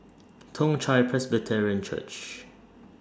Toong Chai Presbyterian Church